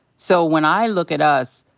so when i look at us,